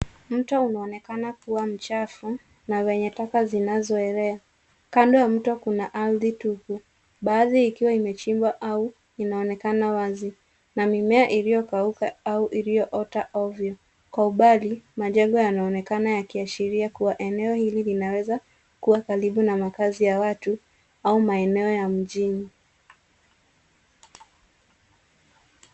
Mto unaonekana kuwa mchafu na venye taka zinazoelea. Kando ya mto kuna ardhi tupu baadhi ikiwa imechimbwa, au inaonekana wazi na mimea iliyokauka au iliyoota ovyo, kwa umbali majengo yanaonekana yakiashiria kuwa eneo hili linaweza kuwa karibu na makazi ya watu au maeneo ya mjini.